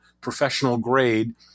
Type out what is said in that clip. professional-grade